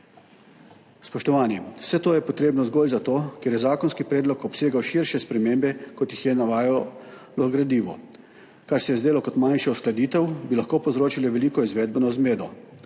Spoštovani, vse to je potrebno zgolj zato, ker je zakonski predlog obsegal širše spremembe, kot jih je navajal v gradivu. Kar se je zdelo kot manjša uskladitev, bi lahko povzročilo veliko izvedbeno zmedo.